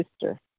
sister